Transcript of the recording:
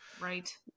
Right